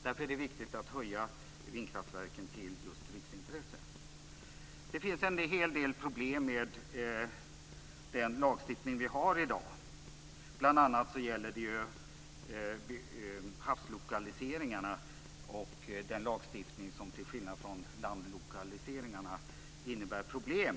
Därför är det viktigt att höja upp vindkraftverken till ett riksintresse. Det finns nämligen en hel del problem med den lagstiftning som vi i dag har. Det gäller bl.a. beträffande havslokaliseringarna, där lagstiftningen till skillnad från vad avser landlokaliseringarna medför problem.